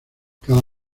cada